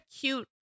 cute